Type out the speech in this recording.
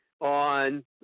on